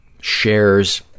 shares